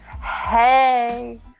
Hey